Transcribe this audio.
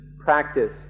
practice